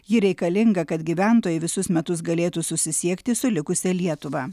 ji reikalinga kad gyventojai visus metus galėtų susisiekti su likusia lietuva